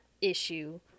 issue